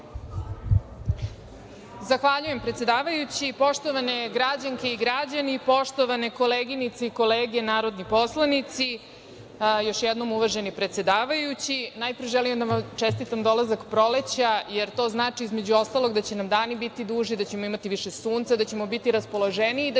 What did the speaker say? Zahvaljujem predsedavajući. Poštovane građanke i građani, poštovane koleginice i kolege narodni poslanici, još jednom uvaženi predsedavajući, najpre želim da vam čestitam dolazak proleća, jer to znači, između ostalog, da će nam dani biti duži i da ćemo imati više Sunca, da ćemo biti raspoloženiji i da ćemo